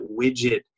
widget